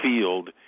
field